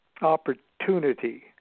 opportunity